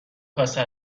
کاسه